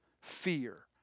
fear